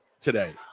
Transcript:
today